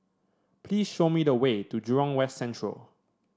please show me the way to Jurong West Central